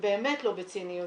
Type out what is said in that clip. ובאמת לא בציניות,